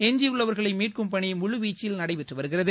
எஞ்சியுள்ளவர்களை மீட்கும் பணி முழுவீச்சில் நடைபெற்று வருகிறது